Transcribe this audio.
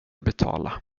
betala